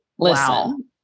Listen